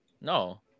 No